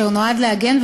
אשר נועד להגן,